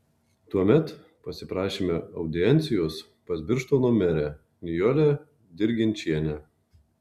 tuomet pasiprašėme audiencijos pas birštono merę nijolę dirginčienę